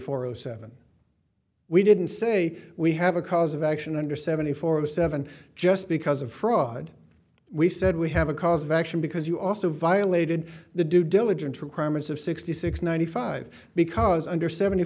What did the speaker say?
four zero seven we didn't say we have a cause of action under seventy four of seven just because of fraud we said we have a cause of action because you also violated the due diligence requirements of sixty six ninety five because under seventy